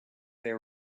they